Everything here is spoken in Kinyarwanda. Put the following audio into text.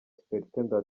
supt